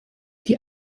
die